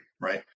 right